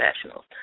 professionals